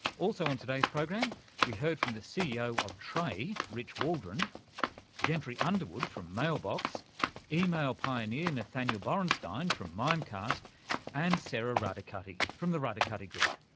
also on today's program we heard from the ceo of tray, rich waldron gentry underwood from mailbox email pioneer nathaniel borenstein from mimecast and sara radicati from the radicati group.